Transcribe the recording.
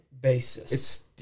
basis